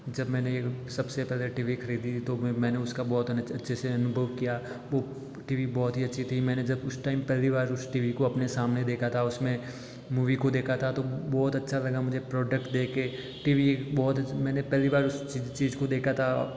जब मैंने सबसे पहले टी वी खरीदी तो म मैंने उसका बहुत अच्छे से अनुभव किया वो टी वी बहुत ही अच्छी थी मैंने जब उस टाइम पहली बार उस टी वी को अपने सामने देखा था उसमें मूवी को देखा था तो बहुत अच्छा लगा मुझे प्रॉडक्ट देख के टी वी बहुत अच्छा मैंने पहली बार उस चीज़ को देखा था